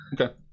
Okay